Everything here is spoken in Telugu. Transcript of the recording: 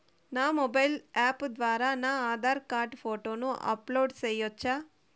నా మొబైల్ యాప్ ద్వారా నా ఆధార్ కార్డు ఫోటోను అప్లోడ్ సేయొచ్చా?